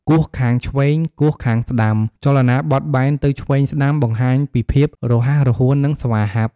គោះខាងឆ្វេង គោះខាងស្តាំ ចលនាបត់បែនទៅឆ្វេងស្ដាំ បង្ហាញពីភាពរហ័សរហួន និងស្វាហាប់។